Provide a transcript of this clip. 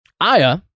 aya